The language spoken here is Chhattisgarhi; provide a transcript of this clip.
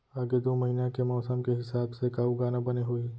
आगे दू महीना के मौसम के हिसाब से का उगाना बने होही?